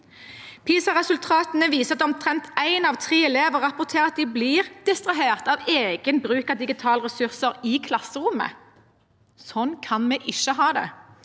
PISA-resultatene viser til at omtrent én av tre elever rapporterer at de blir distrahert av egen bruk av digitale ressurser i klasserommet. Sånn kan vi ikke ha det.